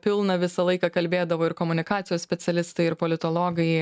pilna visą laiką kalbėdavo ir komunikacijos specialistai ir politologai